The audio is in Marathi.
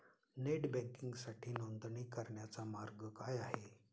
नेट बँकिंगसाठी नोंदणी करण्याचा मार्ग काय आहे?